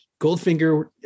Goldfinger